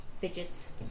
fidgets